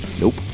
Nope